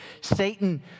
Satan